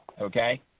okay